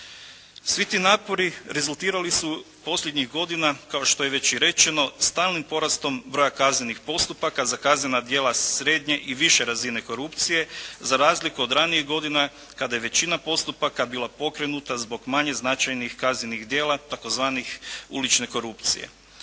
Svi ti napori rezultirali su posljednjih godina, kao što je već i rečeno stalnim porastom broja kaznenih postupaka za kaznena djela srednje i više razine korupcije, za razliku od ranijih godina kada je većina postupaka bila pokrenuta zbog manje značajnih kaznenih djela, tzv. ulične korupcije.